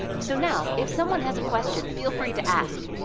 so now, if someone has a question, feel free to ask.